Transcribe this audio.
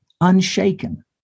unshaken